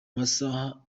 masaha